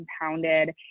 compounded